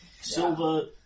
Silver